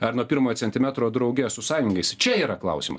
ar nuo pirmojo centimetro drauge su sąjungais čia yra klausimas